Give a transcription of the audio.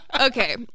Okay